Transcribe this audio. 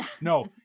No